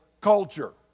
culture